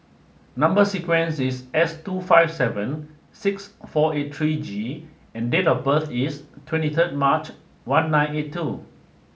number sequence is S two five seven six four eight three G and date of birth is twenty third March one nine eighty two